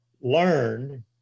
learn